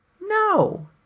No